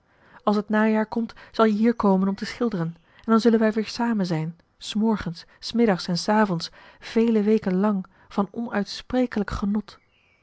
als het najaar komt zal je hier komen om te schilderen en dan zullen wij weer samen zijn s morgens s middags en s avonds vele weken lang van onuitsprekelijk genot